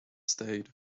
stayed